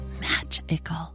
magical